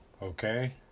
Okay